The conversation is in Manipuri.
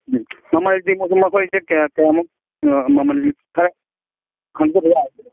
ꯎꯝ ꯃꯃꯜꯗꯤ ꯃꯣꯏꯁꯦ ꯃꯈꯣꯏꯁꯦ ꯀꯌꯥ ꯀꯌꯥꯃꯨꯛ ꯃꯃꯜ ꯈꯔ ꯈꯪꯖꯕ ꯌꯥꯒꯗ꯭ꯔꯣ